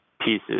pieces